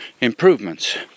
improvements